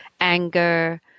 anger